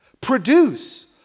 Produce